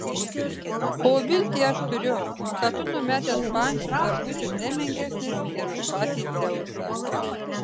o viltį aš turiu kad tu numetęs pančius dar būsi ne menkesnis ir už patį dzeusą